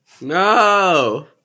No